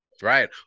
right